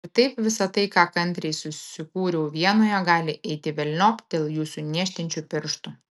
ir taip visa tai ką kantriai susikūriau vienoje gali eiti velniop dėl jūsų niežtinčių pirštų